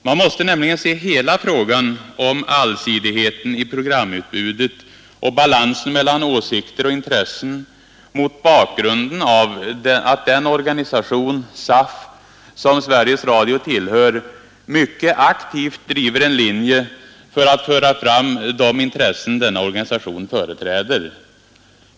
Man måste nämligen se hela frågan om allsidigheten i programutbudet och balansen mellan åsikter och intressen mot bakgrunden av att den organisation — SAF — som Sveriges Radio tillhör, mycket aktivt driver en linje för att föra fram de intressen denna organisation företräder.